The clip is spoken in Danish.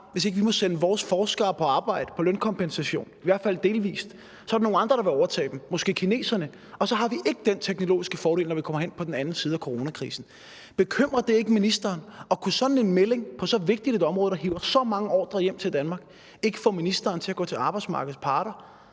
hvis de ikke må sende deres forskere på arbejde på lønkompensation, i hvert fald delvis, så er der nogle andre, der vil overtage dem, måske kineserne. Og så har vi ikke den teknologiske fordel, når vi kommer over på den anden side af coronakrisen. Bekymrer det ikke ministeren? Og kunne sådan en melding på så vigtigt et område, der hiver så mange ordrer hjem til Danmark, ikke få ministeren til at gå til arbejdsmarkedets parter